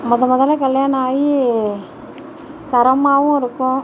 முத முதலில் கல்யாணம் ஆகி தரமாகவும் இருக்கும்